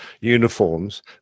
uniforms